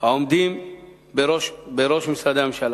העומדים בראש משרדי הממשלה.